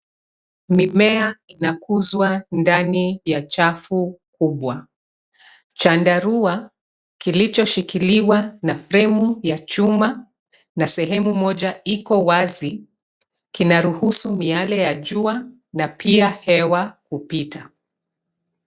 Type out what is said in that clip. Mimea inakuzwa ndani ya chafu kubwa. Chandarua kilichoshikiliwa na fremu ya chuma na sehemu moja iko wazi, kinaruhusu miale ya jua na pia hewa kupita.